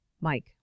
Mike